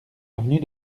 avenue